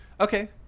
Okay